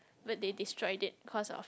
but they destroyed it cause of